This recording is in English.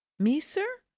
me, sir?